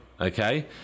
okay